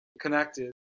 connected